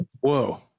Whoa